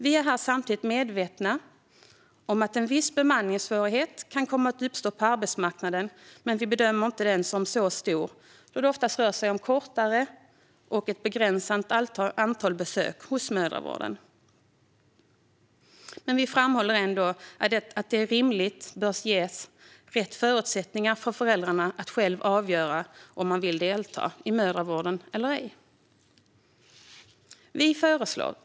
Vi är medvetna om att en viss bemanningssvårighet kan uppstå på arbetsmarknaden, men vi bedömer att den inte är så stor då det oftast rör sig om ett begränsat antal korta besök hos mödravården. Vi framhåller också att det rimligen bör ges rätt förutsättningar för föräldrar att själva avgöra om de vill delta i mödravården eller ej.